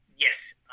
Yes